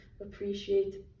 appreciate